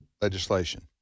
legislation